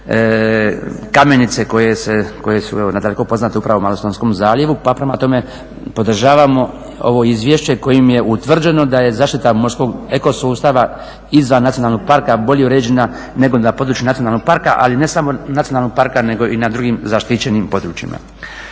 kamenice koje su nadaleko poznate upravo u Malostonskom zaljevu, pa prema tome podržavamo ovo izvješće kojim je utvrđeno da je zaštita morskog eko sustava izvan nacionalnog parka bolje uređena nego na području nacionalnog parka, ali ne samo nacionalnog parka nego i na drugim zaštićenim područjima.